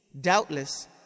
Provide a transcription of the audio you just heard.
Doubtless